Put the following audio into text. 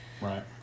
Right